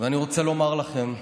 ואני רוצה לומר לכם,